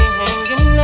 hanging